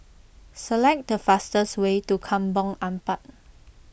select the fastest way to Kampong Ampat